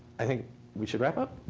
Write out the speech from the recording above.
i think we should wrap up?